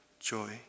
joy